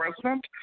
president